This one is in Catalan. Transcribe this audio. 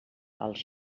als